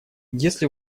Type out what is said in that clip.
если